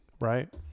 right